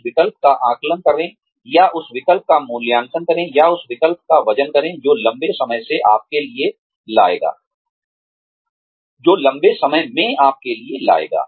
उस विकल्प का आकलन करें या उस विकल्प का मूल्यांकन करें या उस विकल्प का वजन करें जो लंबे समय में आपके लिए लाएगा